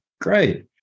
great